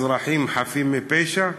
אזרחים חפים מפשע,